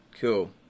cool